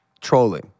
trolling